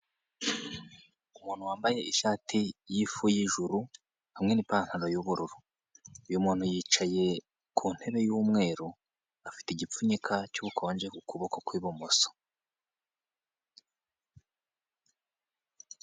Umuntu wambaye ishati y'ifu y'ijuru hamwe n'ipantaro y'ubururu. Uyu muntu yicaye ku ntebe y'umweru, afite igipfunyika cy'ubukonje ku kuboko kw'ibumoso.